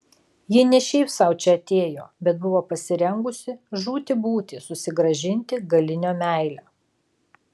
ji ne šiaip sau čia atėjo bet buvo pasirengusi žūti būti susigrąžinti galinio meilę